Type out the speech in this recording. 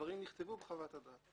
הדברים נכתבו בחוות הדעת.